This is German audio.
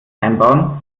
einbauen